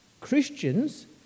Christians